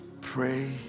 pray